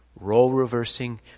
role-reversing